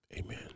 Amen